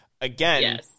again